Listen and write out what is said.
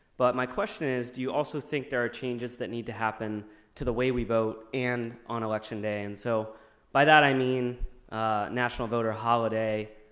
but my question is do you also think there are changes that need to happen to the way we vote and on election day? and so by that, i mean a national voter holiday,